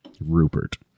Rupert